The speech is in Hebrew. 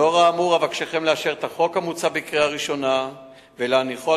לאור האמור אבקשכם לאשר את החוק המוצע בקריאה ראשונה ולהניחו על